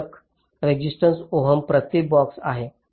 पत्रक resistance ohm प्रति box आहे